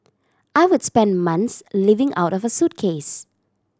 I would spend months living out of a suitcase